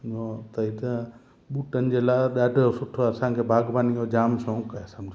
इहो अथई त बूटनि जे लाइ ॾाढियो सुठो असांखे बागबानी जो जाम शौक़ु आहे समुझो